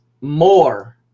more